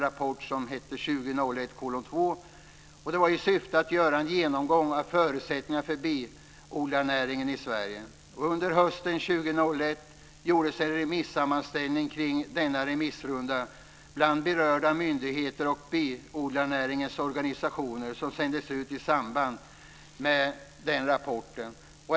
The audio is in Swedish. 2001:2) i syfte att göra en genomgång av förutsättningarna för biodlarnäringen i Sverige. Under hösten 2001 gjordes en remissammanställning kring denna remissrunda bland berörda myndigheter och biodlarnäringens organisationer som sändes ut i samband med rapporten.